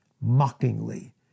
mockingly